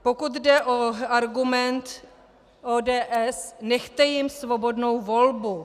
Pokud jde o argument ODS: Nechte jim svobodnou volbu.